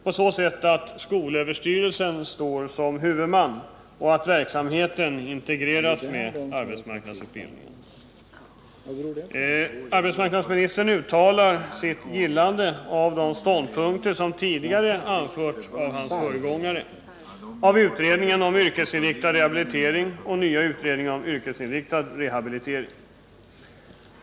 Vi föreslår att skolöverstyrelsen skall stå som huvudman och att verksamheten skall integreras med arbetsmarknadsutbildningen. Arbetsmarknadsministern uttalade sitt gillande av de ståndpunkter som anförts av hans föregångare, av utredningen om yrkesinriktad rehabilitering och av nya utredningen om yrkesinriktad rehabilitering.